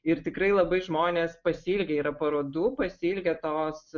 ir tikrai labai žmonės pasiilgę yra parodų pasiilgę tos